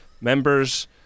members